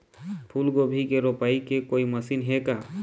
फूलगोभी के रोपाई के कोई मशीन हे का?